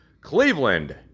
Cleveland